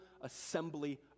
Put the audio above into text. assembly